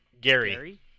Gary